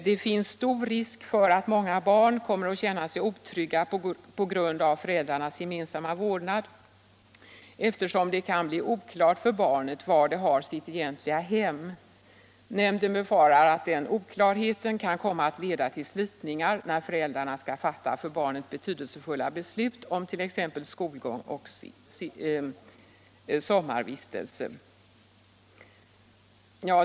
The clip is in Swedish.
Det finns stor risk för att många barn kommer att känna sig otrygga på grund av föräldrarnas gemensamma vårdnad, eftersom det kan bli oklart för barnet var det har sitt egentliga hem. Nämnden befarar att denna oklarhet kan komma att leda till slitningar när föräldrarna skall fatta för barnet betydelsefulla beslut om t.ex. skolgång och sommarvistelse.